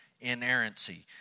inerrancy